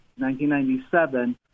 1997